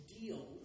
deal